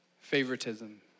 favoritism